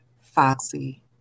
Foxy